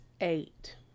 eight